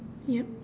yup